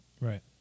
Right